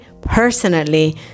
personally